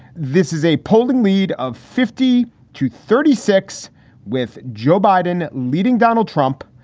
this is a polling lead of fifty to thirty six with joe biden leading donald trump.